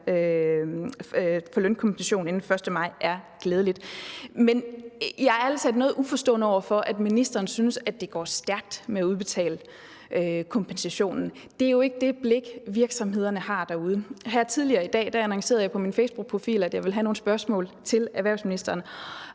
får lønkompensation inden 1. maj, er glædeligt. Men jeg er ærlig talt noget uforstående over for, at ministeren synes, at det går stærkt med at udbetale kompensationen. Det er jo ikke sådan, virksomhederne derude ser det. Her tidligere i dag annoncerede jeg på min facebookprofil, at jeg ville have nogle spørgsmål til erhvervsministeren,